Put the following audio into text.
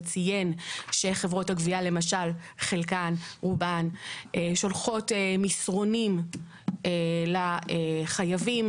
שחברות הגבייה בחלקן או רובן שולחות מסרונים לחייבים